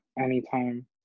anytime